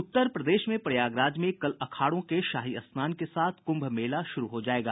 उत्तर प्रदेश में प्रयागराज में कल अखाड़ों के शाही स्नान के साथ क्म्भ मेला शुरू हो जायेगा